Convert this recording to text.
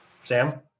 Sam